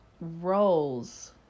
roles